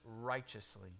righteously